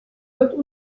tot